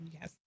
yes